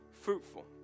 fruitful